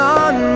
on